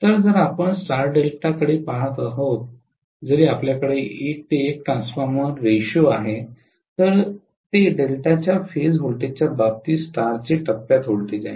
तर जर आपण स्टार डेल्टाकडे पहात आहोत जरी आपल्याकडे 1 ते 1 ट्रान्सफॉर्मेशन रेश्यो आहे तर ते डेल्टाच्या फेज व्होल्टेजच्या बाबतीत स्टारचे टप्प्यात व्होल्टेज आहे